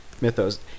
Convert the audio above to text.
mythos